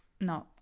No